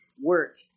work